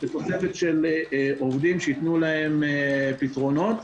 בתוספת של עובדים שיתנו להם פתרונות,